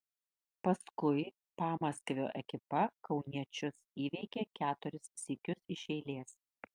paskui pamaskvio ekipa kauniečius įveikė keturis sykius iš eilės